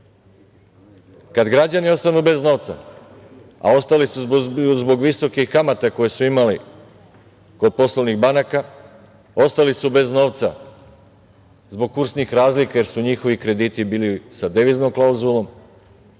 građani ostanu bez novca, a ostali su zbog visoke kamate koju su imali kod poslovnih banaka, ostali su bez novca zbog kursnih ralika, jer su njihovi krediti bili sa deviznom klauzulom.